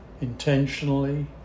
intentionally